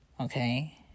Okay